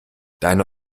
deine